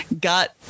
got